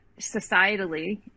societally